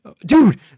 dude